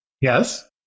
Yes